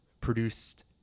produced